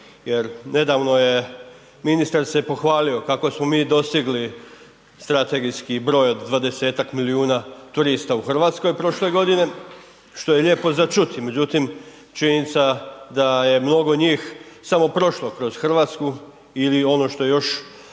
Jer nedavno je ministar se pohvalio kako smo mi dostigli strategijski broj od 20 milijuna turista u Hrvatskoj, što je lijepo za čuti. Međutim, činjenica da je mnogo njih samo prošlo kroz Hrvatsku ili ono što je